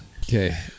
Okay